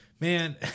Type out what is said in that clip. Man